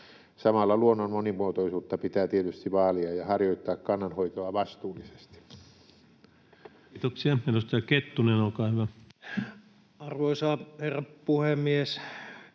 Samalla luonnon monimuotoisuutta pitää tietysti vaalia ja harjoittaa kannanhoitoa vastuullisesti. Kiitoksia. — Edustaja Kettunen, olkaa hyvä. Arvoisa herra puhemies!